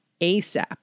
ASAP